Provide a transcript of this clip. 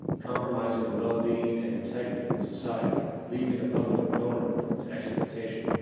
compromising the well-being and integrity of the society leaving the public vulnerable to exploitation.